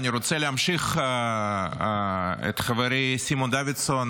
אני רוצה להמשיך את חברי סימון דוידסון